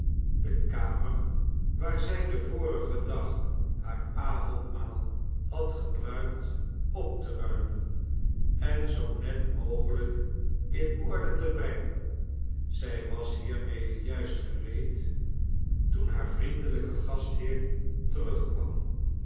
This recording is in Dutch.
de kamer waar zij den vorigen dag haar avondmaal had gebruikt op te ruimen en zoo net mogelijk in orde te br engen zij was hiermede juist gereed toen haar vriendelijke gastheer terugkwam